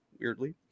Weirdly